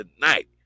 tonight